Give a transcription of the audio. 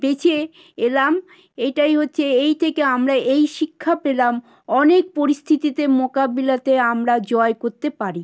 বেঁচে এলাম এইটাই হচ্ছে এই থেকে আমরা এই শিক্ষা পেলাম অনেক পরিস্থিতিতে মোকাবিলাতে আমরা জয় করতে পারি